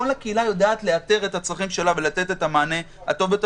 כל קהילה יודעת לאתר את הצרכים שלה ולתת את המענה הטוב ביותר.